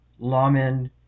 lawmen